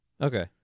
Okay